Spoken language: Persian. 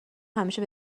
همیشه